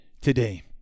today